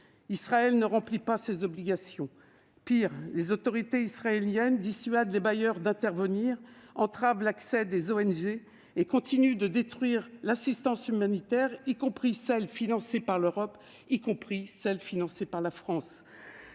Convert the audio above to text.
Israël ne remplit pas ces obligations. Pis, les autorités israéliennes dissuadent les bailleurs d'intervenir, entravent l'accès des ONG et continuent de détruire l'assistance humanitaire, y compris celle qui est financée par la France